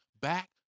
back